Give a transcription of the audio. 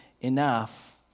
enough